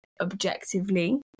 objectively